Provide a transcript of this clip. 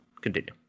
Continue